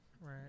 Right